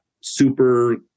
super